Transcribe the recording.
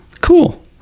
Cool